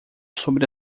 sobre